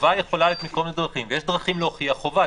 חובה יכולה להיות בכל מיני דרכים ויש דרכים להוכיח חובה.